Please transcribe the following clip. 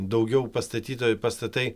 daugiau pastatytoj pastatai